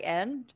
end